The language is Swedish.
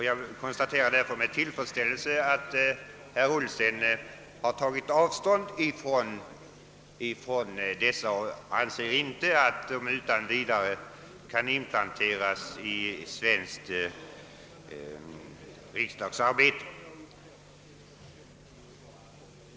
Jag konstaterar med tillfredsställelse att herr Ullsten nu har tagit avstånd från dessa och att han inte anser att de utan vidare kan omplanteras i svenskt riksdagsarbete.